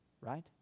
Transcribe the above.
right